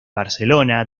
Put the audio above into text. barcelona